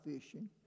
fishing